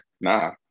nah